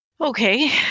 Okay